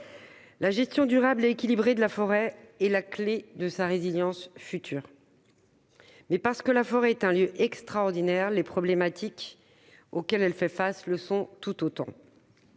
Une gestion durable et équilibrée est la clé de la résilience. Parce que la forêt est un lieu extraordinaire, les problématiques auxquelles elle fait face le sont tout autant.